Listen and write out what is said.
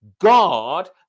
God